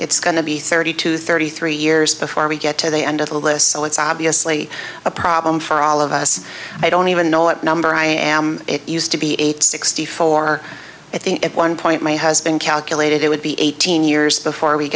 it's going to be thirty two thirty three years before we get to the end of the list so it's obviously a problem for all of us i don't even know what number i am it used to be eight sixty four i think at one point my husband calculated it would be eighteen years before we